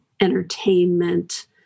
entertainment